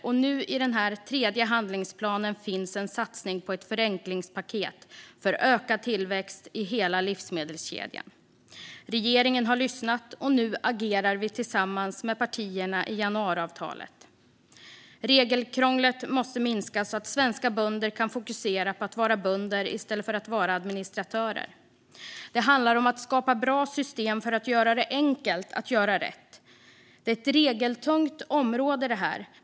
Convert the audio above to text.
Och nu i denna tredje handlingsplan finns en satsning på ett förenklingspaket för ökad tillväxt i hela livsmedelskedjan. Regeringen har lyssnat, och nu agerar vi tillsammans med partierna som står bakom januariavtalet. Regelkrånglet måste minska så att svenska bönder kan fokusera på att vara bönder i stället för att vara administratörer. Det handlar om att skapa bra system för att göra det enkelt att göra rätt. Detta är ett regeltungt område.